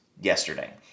yesterday